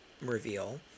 reveal